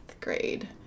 grade